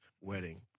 wedding